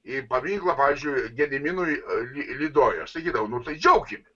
į paminklą pavyzdžiui gediminui lydoj aš sakydavau nu tai džiaukimės